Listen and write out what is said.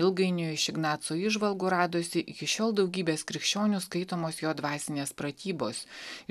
ilgainiui iš ignaco įžvalgų radosi iki šiol daugybės krikščionių skaitomos jo dvasinės pratybos